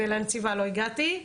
ולנציבה לא הגעתי,